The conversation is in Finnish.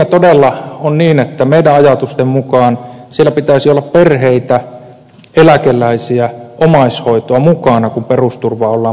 siinä todella on niin että meidän ajatustemme mukaan siellä pitäisi olla perheitä eläkeläisiä omaishoitoa mukana kun perusturvaa ollaan parantamassa